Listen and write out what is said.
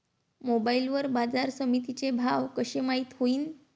Mobile वर बाजारसमिती चे भाव कशे माईत होईन?